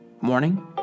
morning